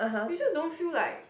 you just don't feel like